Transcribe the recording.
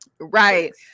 Right